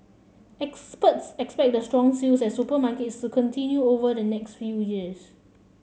experts expect the strong sales at supermarkets to continue over the next few years